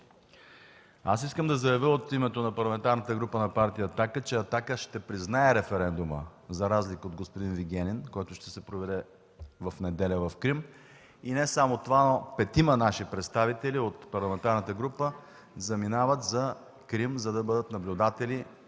в Крим. От името на Парламентарната група на партия „Атака” искам да заявя, че „Атака” ще признае референдума, за разлика от господин Вигенин, който ще се проведе в неделя в Крим. Не само това, петима наши представители от парламентарната група заминават за Крим, за да бъдат наблюдатели